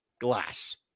glass